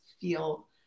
feel